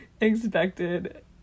expected